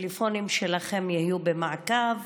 הטלפונים שלכם יהיו במעקב